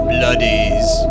Bloodies